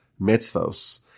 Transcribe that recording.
mitzvos